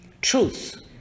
Truth